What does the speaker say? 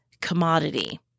commodity